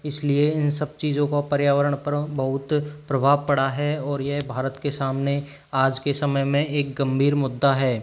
इसलिए इन सब चीज़ों को पर्यावरण पर बहुत प्रभाव पड़ा है और ये भारत के सामने आज के समय में एक गंभीर मुद्दा है